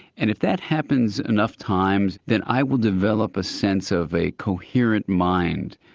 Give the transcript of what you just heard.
and if that happens enough times then i will develop a sense of a coherent mind,